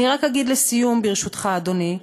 אני רק אגיד לסיום, ברשותך, אדוני,